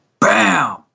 BAM